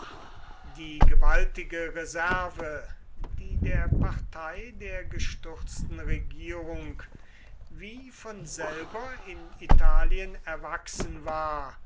die gewaltige reserve die der partei der gestürzten regierung wie von selber in italien erwachsen war